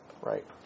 right